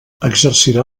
exercirà